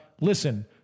Listen